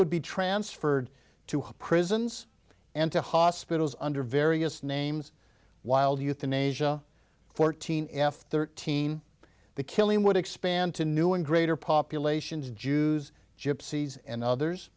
would be transferred to prisons and to hospitals under various names while euthanasia fourteen f thirteen the killing would expand to new and greater populations jews gypsies and others